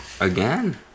Again